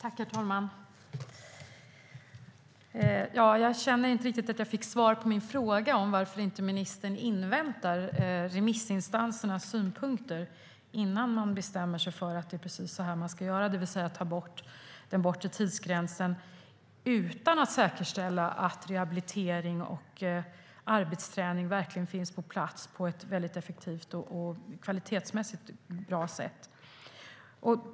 Herr talman! Jag känner att jag inte riktigt fick svar på min fråga om varför ministern inte inväntar remissinstansernas synpunkter innan hon bestämmer sig för att ta bort den bortre tidsgränsen utan att säkerställa att rehabilitering och arbetsträning verkligen finns på plats på ett effektivt och kvalitetsmässigt bra sätt.